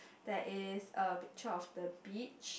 there is a picture of the beach